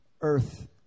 earth